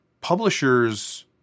publishers